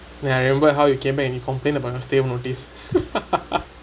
ya I remember how he came back and he complain about the stay home notice